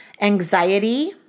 anxiety